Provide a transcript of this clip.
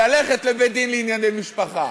ללכת לבית-דין לענייני משפחה.